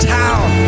town